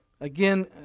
Again